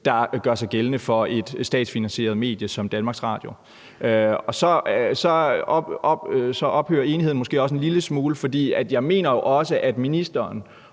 der gør sig gældende for et statsfinansieret medie som DR. Så ophører enigheden måske også en lille smule, for jeg mener også, at ministeren